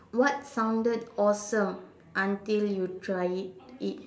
what sounded awesome until you tried it it